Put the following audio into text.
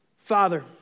Father